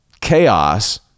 chaos